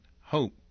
Hope